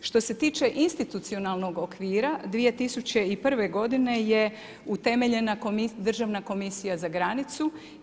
Što se tiče institucionalnog okvira, 2001.g. je utemeljena državna komisija za granicu.